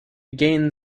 gain